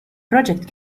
project